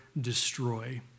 destroy